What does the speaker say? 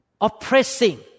oppressing